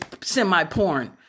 semi-porn